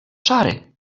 czary